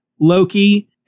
Loki